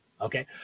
okay